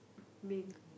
bin